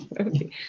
okay